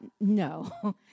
no